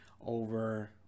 over